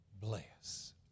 bless